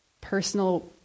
personal